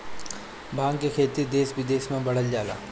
भाँग के खेती देस बिदेस में बढ़ल जाता